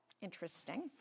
Interesting